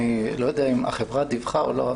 אני לא יודע אם החברה דיווחה או לא,